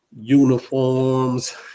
uniforms